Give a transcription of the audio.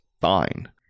fine